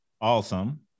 awesome